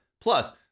Plus